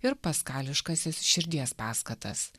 ir paskališkasis širdies paskatas